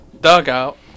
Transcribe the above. dugout